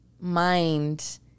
mind